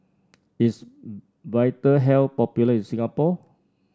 is Vitahealth popular in Singapore